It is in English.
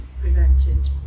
prevented